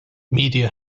media